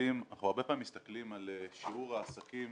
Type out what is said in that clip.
אנחנו הרבה פעמים מסתכלים על שיעור העסקים